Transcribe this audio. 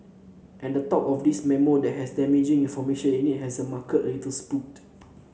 and the talk of this memo that has damaging information in it has the market a little spooked